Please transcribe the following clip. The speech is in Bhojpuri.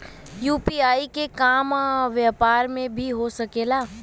यू.पी.आई के काम व्यापार में भी हो सके ला?